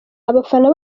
abafana